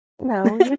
no